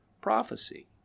prophecy